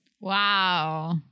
Wow